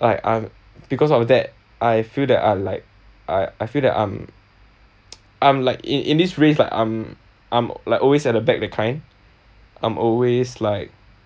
like I'm because of that I feel that I like I I feel that I'm I'm like in in this race like I'm I'm like always at the back the kind I'm always like